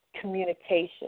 communication